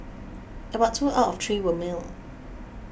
about two out of three were male